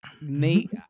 Nate